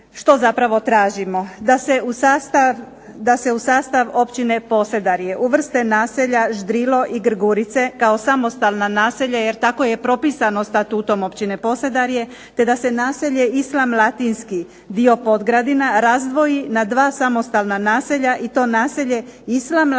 Što zapravo tražimo? Da se u sastav općine Posedarje uvrste naselja Ždrilo i Grgurice kao samostalna naselja jer tako je propisano statutom općine Posedarje, te da se naselje Islam Latinski dio Podgradina razdvoji na dva samostalna naselja i to naselje Islam Latinski